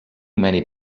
many